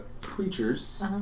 creatures